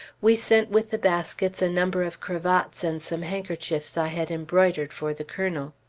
we sent with the baskets a number of cravats and some handkerchiefs i had embroidered for the colonel.